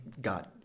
God